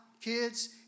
kids